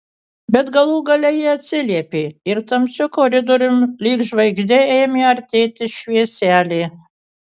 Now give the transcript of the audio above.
bet galų gale ji atsiliepė ir tamsiu koridoriumi lyg žvaigždė ėmė artėti švieselė